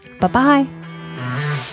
Bye-bye